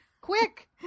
quick